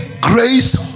grace